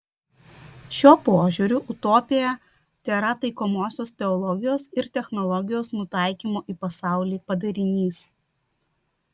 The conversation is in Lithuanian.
šiuo požiūriu utopija tėra taikomosios teologijos ir technologijos nutaikymo į pasaulį padarinys